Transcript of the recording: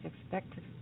expected